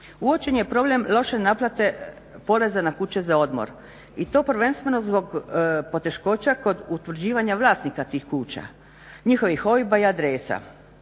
Uočen je problem loše naplate poreza na kuće za odmor i to prvenstveno zbog poteškoća kod utvrđivanja vlasnika tih kuća, njihovih OIB-a i adresa.